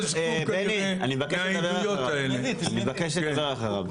בני, אני מבקש לדבר אחריו.